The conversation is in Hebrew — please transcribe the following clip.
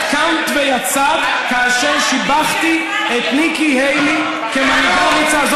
את קמת ויצאת כאשר שיבחתי את ניקי היילי כמנהיגה אמיצה,